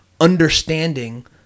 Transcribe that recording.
understanding